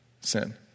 Sin